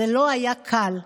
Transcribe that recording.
זה לא היה קל,